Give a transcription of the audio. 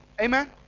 Amen